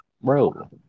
bro